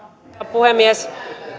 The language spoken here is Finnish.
puhemies